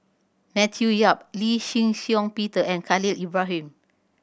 Matthew Yap Lee Shih Shiong Peter and Khalil Ibrahim